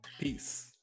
peace